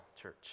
church